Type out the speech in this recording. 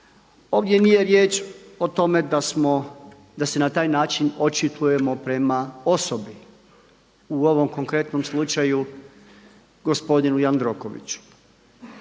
Ovdje nije riječ o tome da smo, da se na taj način očitujemo prema osobi, u ovom konkretnom slučaju gospodinu Jandrokoviću,